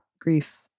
grief